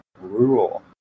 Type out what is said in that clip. rural